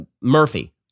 Murphy